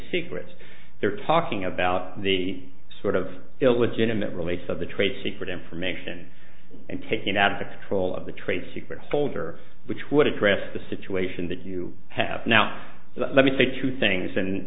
secrets they're talking about the sort of illegitimate release of the trade secret information and taking out of the control of the trade secrets folder which would address the situation that you have now let me say two things and